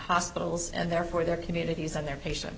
hospitals and therefore their communities and their patient